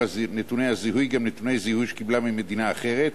נתוני הזיהוי גם נתוני זיהוי שקיבלה ממדינה אחרת,